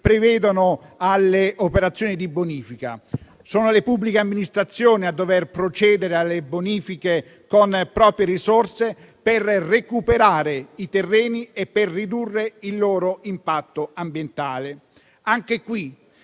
provvedano alle operazioni di bonifica. Sono le pubbliche amministrazioni a dover procedere alle bonifiche con proprie risorse per recuperare i terreni e per ridurre il loro impatto ambientale. Anche qui